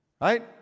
Right